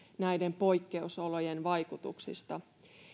näiden poikkeusolojen vaikutuksista